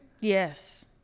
Yes